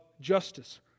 justice